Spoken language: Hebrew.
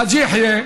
חאג' יחיא,